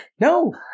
No